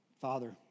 Father